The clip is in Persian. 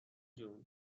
جون